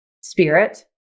spirit